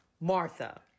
Martha